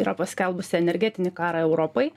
yra paskelbusi energetinį karą europai